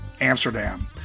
amsterdam